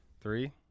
Three